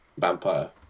vampire